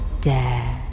dare